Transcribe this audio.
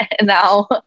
now